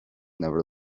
never